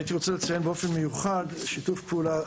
הייתי רוצה לציין במיוחד שיתוף פעולה